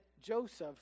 Joseph